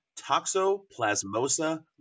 toxoplasmosa